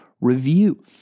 review